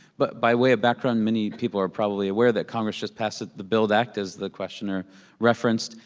but by way of background, many people are probably aware that congress just passed the build act, as the questioner referenced.